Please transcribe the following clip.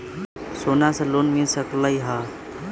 सोना से लोन मिल सकलई ह?